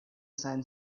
sun